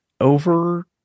over